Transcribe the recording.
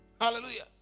Hallelujah